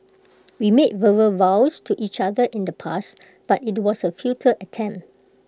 we made verbal vows to each other in the past but IT was A futile attempt